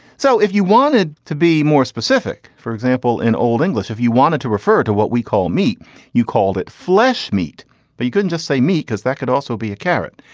so if you wanted to be more specific for example in old english if you wanted to refer to what we call me you call it flesh meat but you couldn't just say meat because that could also be a carrot.